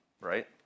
right